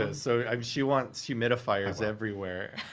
and so um she wants humidifiers everywhere.